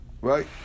right